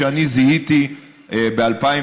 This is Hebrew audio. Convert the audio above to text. כשאני זיהיתי ב-2016,